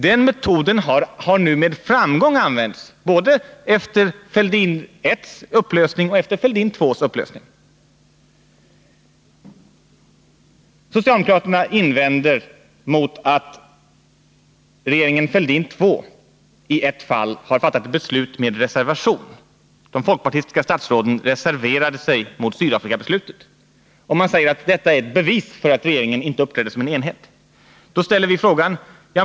Den metoden har nu med framgång använts både efter Fälldin I:s upplösning och efter Fälldin II:s upplösning. Socialdemokraterna invänder mot att regeringen Fälldin II i ett fall har fattat beslut med reservation. De folkpartistiska statsråden reserverade sig mot Sydafrikabeslutet. Socialdemokraterna säger att detta är ett bevis för att regeringen inte uppträder som en enhet.